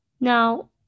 Now